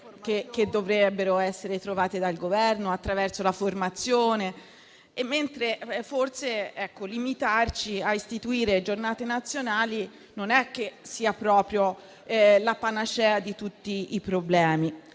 che dovrebbero essere trovate dal Governo e la formazione, mentre limitarsi a istituire giornate nazionali non credo sia la panacea di tutti i problemi.